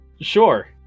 Sure